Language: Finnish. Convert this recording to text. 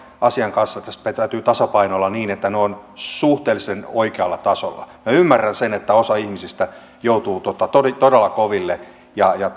asian kanssa tässä täytyy tasapainoilla niin että ne ovat suhteellisen oikealla tasolla minä ymmärrän sen että osa ihmisistä joutuu todella todella koville ja ja